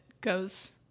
goes